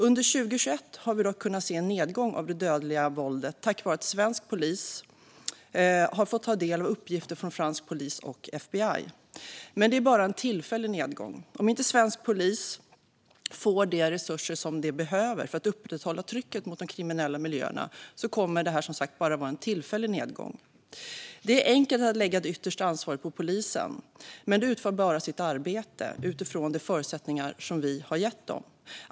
Under 2021 har vi dock kunnat se en nedgång av det dödliga våldet tack vare att svensk polis har fått ta del av uppgifter från fransk polis och FBI. Men det är bara en tillfällig nedgång. Om inte svensk polis får de resurser som de behöver för att upprätthålla trycket mot de kriminella miljöerna kommer detta, som sagt, att vara bara en tillfällig nedgång. Det är enkelt att lägga det yttersta ansvaret på polisen, men polisen utför bara sitt arbete utifrån de förutsättningar som vi har gett dem.